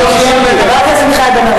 שינוי המדיניות לגבי קבלת המורים,